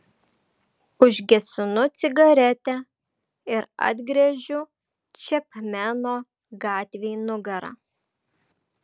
užgesinu cigaretę ir atgręžiu čepmeno gatvei nugarą